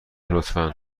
لطفا